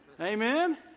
amen